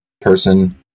person